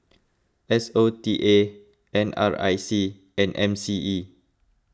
S O T A N R I C and M C E